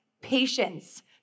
patience